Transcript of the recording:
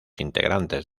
integrantes